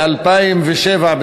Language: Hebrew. ב-2007,